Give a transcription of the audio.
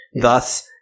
Thus